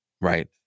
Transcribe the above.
right